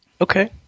Okay